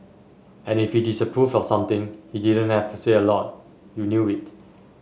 and if he disapproved of something he didn't have to say a lot you knew it